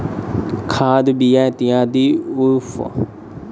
खाद, बीया इत्यादि उघबाक लेल गाड़ी रहने कम काल मे काज भ जाइत छै